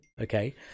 okay